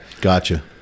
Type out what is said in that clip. Gotcha